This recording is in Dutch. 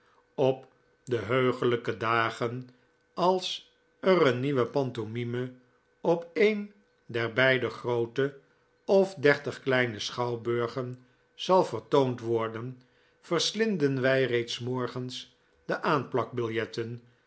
op de heugelijke dagen als er een nieuwe pantomime op een der beide groote of dertig kleine schouwburgen zal vertoond worden verslinden wij reeds s morgens de